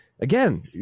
Again